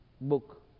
book